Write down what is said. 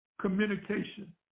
communication